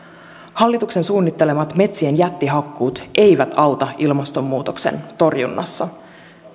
hallituksen suunnittelemat metsien jättihakkuut eivät auta ilmastonmuutoksen torjunnassa